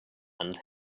and